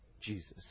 Jesus